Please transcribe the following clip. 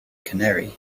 canary